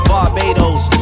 Barbados